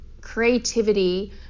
creativity